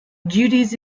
duties